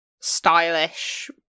stylish